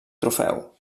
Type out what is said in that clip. trofeu